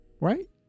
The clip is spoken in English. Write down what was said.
right